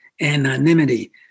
anonymity